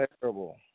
terrible